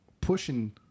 pushing